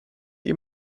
ihm